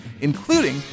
including